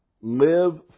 live